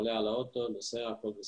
למשרד החוץ